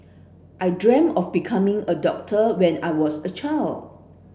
I dreamt of becoming a doctor when I was a child